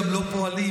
גם לא פועלים.